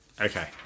Okay